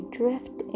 drift